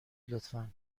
لطفا